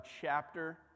chapter